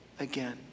again